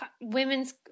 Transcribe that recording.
women's